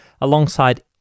alongside